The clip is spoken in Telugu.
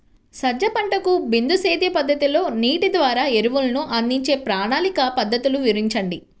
సజ్జ పంటకు బిందు సేద్య పద్ధతిలో నీటి ద్వారా ఎరువులను అందించే ప్రణాళిక పద్ధతులు వివరించండి?